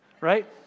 right